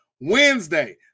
Wednesday